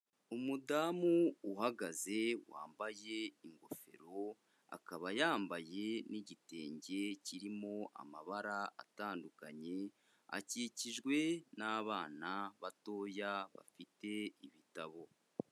Umudamu uhagaze wambaye ingofero, akaba yambaye n'igitenge kirimo amabara atandukanye, akikijwe n'abana batoya bafite ibitabo.